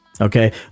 okay